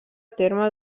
terme